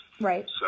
Right